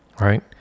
right